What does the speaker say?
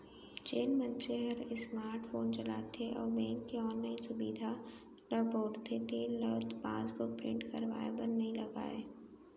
जेन मनसे हर स्मार्ट फोन चलाथे अउ बेंक के ऑनलाइन सुभीता ल बउरथे तेन ल पासबुक प्रिंट करवाए बर नइ लागय